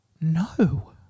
No